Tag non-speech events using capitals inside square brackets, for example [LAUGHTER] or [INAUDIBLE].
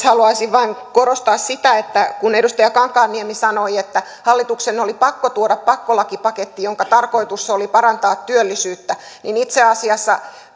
[UNINTELLIGIBLE] haluaisin vain korostaa sitä että kun edustaja kankaanniemi sanoi että hallituksen oli pakko tuoda pakkolakipaketti jonka tarkoitus oli parantaa työllisyyttä niin itse asiassa [UNINTELLIGIBLE]